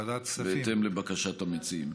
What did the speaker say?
בהתאם לבקשת המציעים.